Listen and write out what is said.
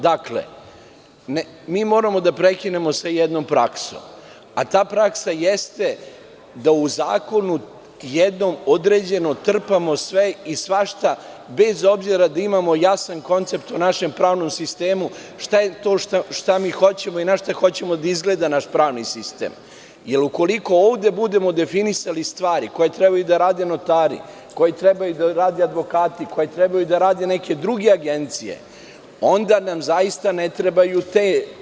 Dakle, moramo da prekinemo sa jednom praksom, a ta praksa jeste da u zakonu jednom određenom trpamo sve i svašta bez obzira što imamo jasan koncept o našem pravnom sistemu, šta je to što mi hoćemo i na šta hoćemo da izgleda naš pravni sistem, jer ukoliko ovde budemo definisali stvari koje treba da rade notari, koje treba da rade advokati, koje treba da rade neke druge agencije, onda nam zaista ne trebaju te.